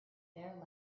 their